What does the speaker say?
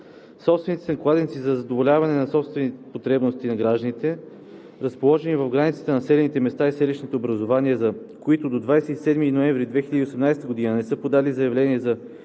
Собствениците на кладенци за задоволяване на собствени потребности на гражданите, разположени в границите на населените места и селищните образувания, за които до 27 ноември 2018 г. не са подадени заявления за